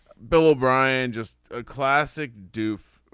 bill o'brien just a classic doof.